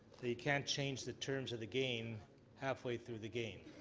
they can't change the terms of the game half way through the game.